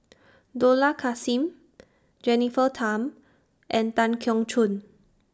Dollah Kassim Jennifer Tham and Tan Keong Choon